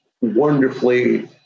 wonderfully